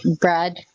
Brad